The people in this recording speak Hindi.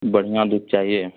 बढ़िया दूध चाहिए